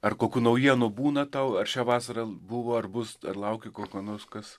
ar kokių naujienų būna tau ar šią vasarą buvo ar bus ar lauki ko nors kas